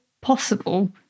possible